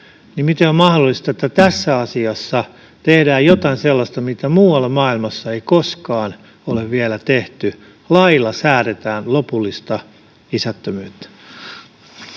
pyrimme — että tässä asiassa tehdään jotain sellaista, mitä muualla maailmassa ei koskaan ole vielä tehty: lailla säädetään lopullista isättömyyttä.